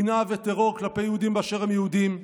שנאה וטרור כלפי יהודים באשר הם יהודים,